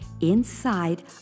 inside